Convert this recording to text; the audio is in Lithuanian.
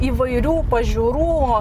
įvairių pažiūrų